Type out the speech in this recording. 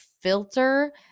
filter